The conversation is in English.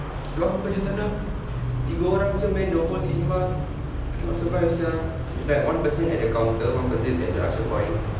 sebab aku kerja sana tiga orang macam main the whole cinema I cannot survive sia is like one person at the counter one person at usher point